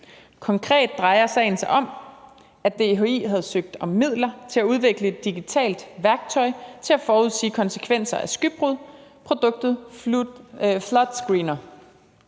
Konkret drejer sagen sig om, at DHI havde søgt om midler til at udvikle et digitalt værktøj til at forudsige konsekvenserne af skybrud, nemlig produktet Flood Screener.